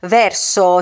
verso